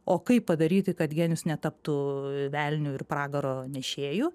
o kaip padaryti kad genijus netaptų velniu ir pragaro nešėju